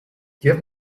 give